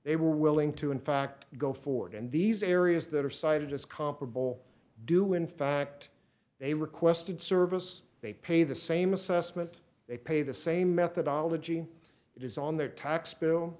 they were willing to impact go forward and these areas that are cited as comparable do in fact they requested service they pay the same assessment they pay the same methodology it is on their tax bill